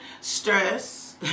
stress